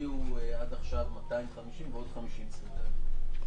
הגיעו עד עכשיו 250 ועוד 50 צריכים להגיע.